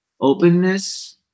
openness